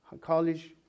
college